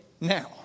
now